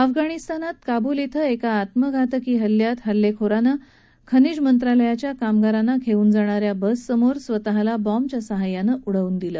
अफगाणिस्तानात काब्ल इथं एका आत्मघातकी हल्लेखोरानं आज खनिज मंत्रालयाच्या कामगारांना घेऊन जाणा या बससमोर स्वतःला बाँबच्या सहाय्यानं उडव्न दिलं